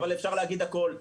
אבל אפשר להגיד הכול.